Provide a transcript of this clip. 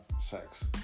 sex